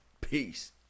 Peace